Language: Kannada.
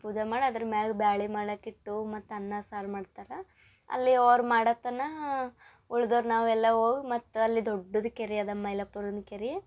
ಪೂಜೆ ಮಾಡಿ ಅದ್ರ ಮ್ಯಾಲೆ ಬ್ಯಾಳೆ ಮಾಡಕ್ಕೆ ಇಟ್ಟು ಮತ್ತು ಅನ್ನ ಸಾರು ಮಾಡ್ತಾರ ಅಲ್ಲಿ ಅವ್ರು ಮಾಡೋ ತನಕ ಉಳ್ದೋರು ನಾವೆಲ್ಲ ಹೋಗ್ ಮತ್ತು ಅಲ್ಲಿ ದೊಡ್ಡದು ಕೆರೆ ಅದ ಮೈಲಾಪುರನ ಕೆರೆ